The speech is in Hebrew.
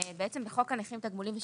בעצם בחוק הנכים (תגמולים ושיקום),